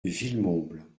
villemomble